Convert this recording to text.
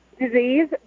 disease